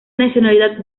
nacionalidad